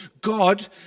God